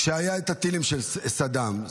כשהיו הטילים של סדאם.